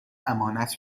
امانت